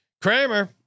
Kramer